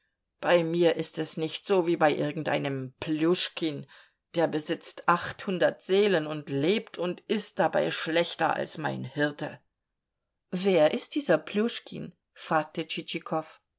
bei mir ist es nicht so wie bei irgendeinem pljuschkin der besitzt achthundert seelen und lebt und ißt dabei schlechter als mein hirte wer ist dieser pljuschkin fragte